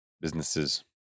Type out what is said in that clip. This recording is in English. Businesses